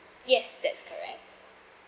yes that's correct